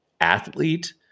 athlete